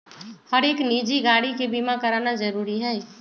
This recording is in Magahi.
हरेक निजी गाड़ी के बीमा कराना जरूरी हई